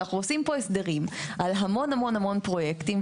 שאנחנו עושים פה הסדרים על המון המון פרויקטים.